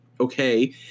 Okay